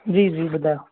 जी जी ॿुधायो